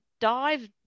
dive